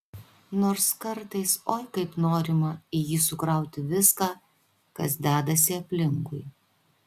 nors kartais oi kaip norima į jį sukrauti viską kas dedasi aplinkui